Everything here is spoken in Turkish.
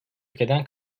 ülkeden